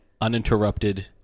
uninterrupted